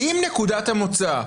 אם נקודת המוצא,